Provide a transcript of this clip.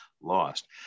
lost